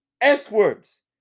S-words